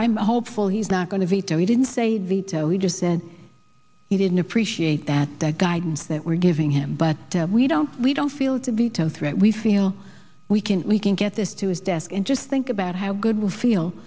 i'm hopeful he's not going to veto he didn't say veto he just said he didn't appreciate that that guidance that we're giving him but we don't we don't feel to be totally we feel we can we can get this to his desk and just think about how good we feel